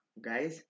guys